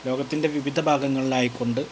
ലോകത്തിൻ്റെ വിവിധ ഭാഗങ്ങളിലായിക്കൊണ്ട്